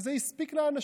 וזה הספיק לאנשים,